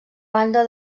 banda